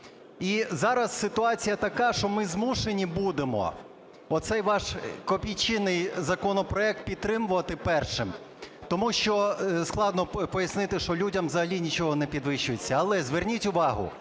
І зараз ситуація така, що ми змушені будемо оцей ваш копійчаний законопроект підтримувати першим, тому що складно пояснити, що людям взагалі нічого не підвищується. Але зверніть увагу,